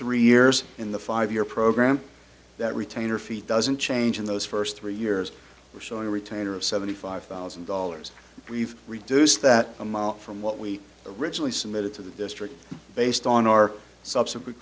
three years in the five year program that retainer fee doesn't change in those first three years we're showing a retainer of seventy five thousand dollars we've reduced that amount from what we originally submitted to the district based on our sub